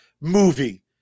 movie